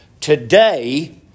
today